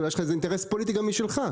אולי יש לך אינטרס פוליטי משלך.